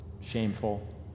Shameful